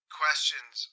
questions